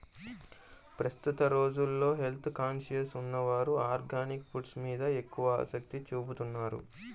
ప్రస్తుత రోజుల్లో health conscious ఉన్నవారు ఆర్గానిక్ ఫుడ్స్ మీద ఎక్కువ ఆసక్తి చూపుతున్నారు